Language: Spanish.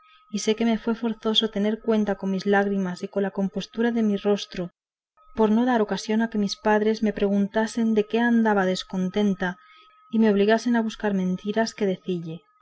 y sé que me fue forzoso tener cuenta con mis lágrimas y con la compostura de mi rostro por no dar ocasión a que mis padres me preguntasen que de qué andaba descontenta y me obligasen a buscar mentiras que decilles